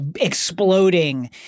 exploding